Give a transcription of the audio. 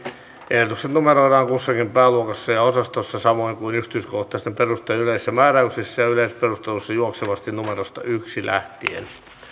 ehdotukset numeroidaan kussakin pääluokassa ja osastossa samoin kuin yksityiskohtaisten perustelujen yleisissä määräyksissä ja yleisperusteluissa juoksevasti numerosta yhden lähtien